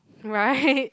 right